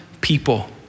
people